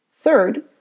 Third